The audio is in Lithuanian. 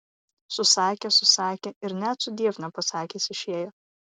susakė susakė ir net sudiev nepasakęs išėjo